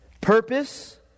purpose